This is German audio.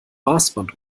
maßband